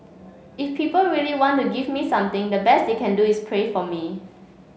if people really want to give me something the best they can do is pray for me